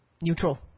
neutral